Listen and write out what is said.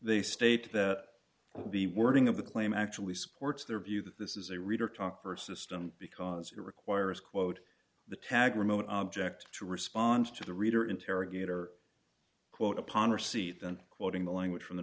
they state that the wording of the claim actually supports their view that this is a reader talker system because it requires quote the tag remote object to response to the reader interrogator quote upon receipt than quoting the language from the